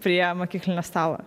prie mokyklinio stalo